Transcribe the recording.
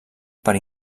per